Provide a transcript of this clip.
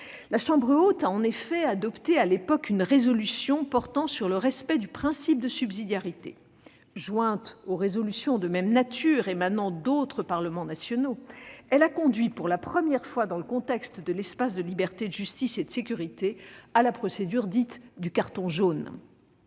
La Chambre haute a en effet adopté à l'époque une résolution portant sur le respect du principe de subsidiarité. Jointe aux résolutions de même nature émanant d'autres parlements nationaux, elle a conduit pour la première fois, dans le contexte de l'espace de liberté, de justice et de sécurité, à la procédure dite du « carton jaune ».